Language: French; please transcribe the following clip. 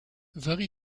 varie